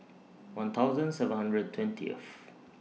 one thousand seven hundred twentieth